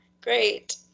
great